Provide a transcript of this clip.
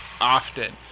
often